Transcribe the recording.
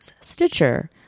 Stitcher